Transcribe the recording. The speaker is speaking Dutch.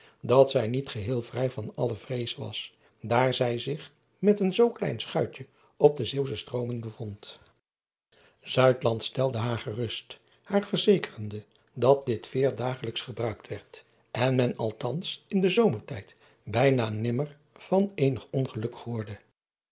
dat zij niet geheel vrij van alle vrees was daar zij zich met een zoo klein schuitje op de eeuwsche stroomen bevond stelde haar gerust haar verzekerende dat dit veer dagelijks gebruikt werd en men althans in den zomertijd bijna nimmer van eenig ongeluk hoorde